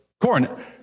corn